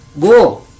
Go